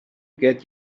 get